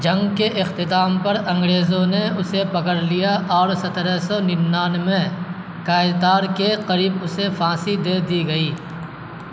جنگ کے اختتام پر انگریزوں نے اسے پکڑ لیا اور سترہ سو ننانوے میں کایتار کے قریب اسے پھانسی دے دی گئی